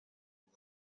bwa